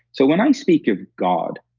so, when i speak of god,